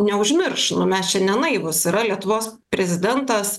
neužmirš nu mes čia ne naivūs yra lietuvos prezidentas